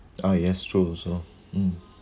ah yes true also mm